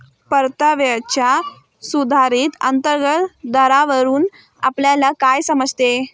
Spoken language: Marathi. परताव्याच्या सुधारित अंतर्गत दरावरून आपल्याला काय समजते?